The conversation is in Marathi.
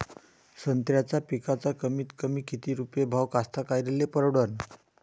संत्र्याचा पिकाचा कमीतकमी किती रुपये भाव कास्तकाराइले परवडन?